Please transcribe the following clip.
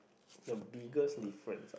the biggest difference